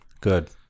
Good